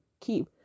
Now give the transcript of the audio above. keep